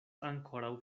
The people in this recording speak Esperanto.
ankoraŭ